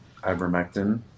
ivermectin